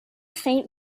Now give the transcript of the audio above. faint